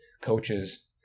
coaches